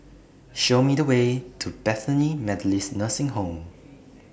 Show Me The Way to Bethany Methodist Nursing Home